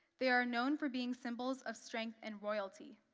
they are known for being symbols of strength and royalty.